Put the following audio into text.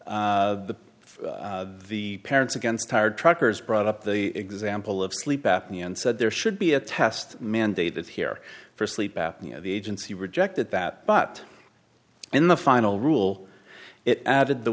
making the parents against tired truckers brought up the example of sleep apnea and said there should be a test mandated here for sleep at the agency rejected that but in the final rule it added the